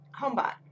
Homebot